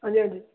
ਹਾਂਜੀ ਹਾਂਜੀ